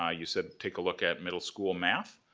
ah you said take a look at middle school math,